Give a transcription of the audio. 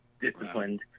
disciplined